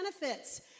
benefits